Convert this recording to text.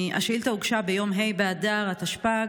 השאילתה הוגשה ביום ה' באדר התשפ"ג,